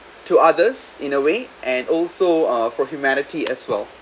to others in a way and also uh for humanity as well